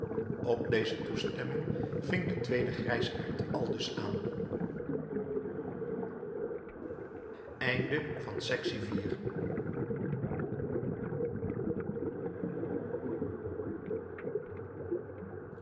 op deze toestemming ving de tweede grijsaard aldus aan